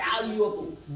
valuable